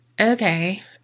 okay